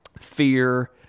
fear